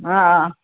हा